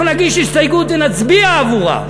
אנחנו נגיש הסתייגות ונצביע עבורה,